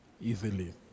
easily